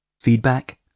Feedback